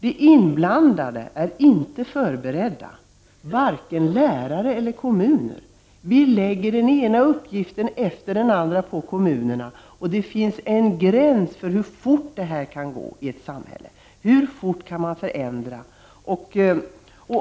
De inblandade är inte förberedda, varken lärare eller kommuner. Vi lägger den ena uppgiften efter den andra på kommunerna, men det finns en gräns för hur fort detta kan gå i ett samhälle, hur fort man kan förändra.